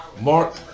Mark